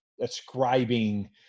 ascribing